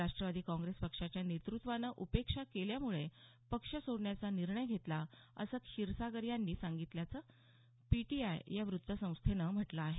राष्ट्रवादी काँग्रेस पक्षाच्या नेतृत्वानं उपेक्षा केल्यामुळे पक्ष सोडण्याचा निर्णय घेतला असं क्षीरसागर यांनी सांगितल्याचं पीटीआय या वृत्तसंस्थेनं दिलं आहे